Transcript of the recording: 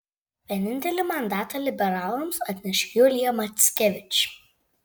vienintelį mandatą liberalams atneš julija mackevič